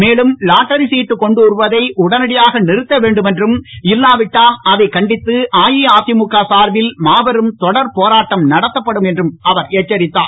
மேலும் லாட்டரி சீட்டு கொண்டுவருவதை உடனடியாக நிறுத்தவேண்டும் என்றும் இல்லாவிட்டால் அதைக் கண்டித்து அஇஅதிமுக சார்பில் மாபெரும் தொடர் போராட்டம் நடத்தப்படும் என்றும் அவர் எச்சரித்தார்